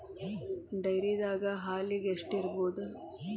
ಡೈರಿದಾಗ ಹಾಲಿಗೆ ಎಷ್ಟು ಇರ್ಬೋದ್?